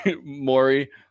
Maury